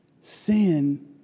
Sin